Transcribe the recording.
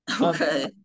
okay